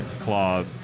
Claw